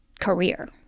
career